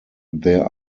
there